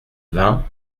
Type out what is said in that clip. vingt